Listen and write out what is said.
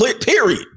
Period